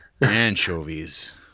anchovies